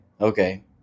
okay